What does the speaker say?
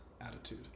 attitude